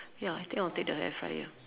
ya I think I'll take the air fryer